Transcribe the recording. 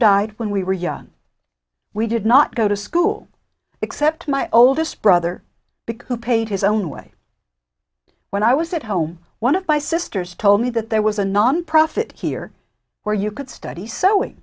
died when we were young we did not go to school except my oldest brother because paid his own way when i was at home one of my sisters told me that there was a nonprofit here where you could study sewing